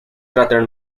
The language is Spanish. cráter